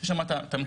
יש שם את המכתב.